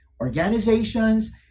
organizations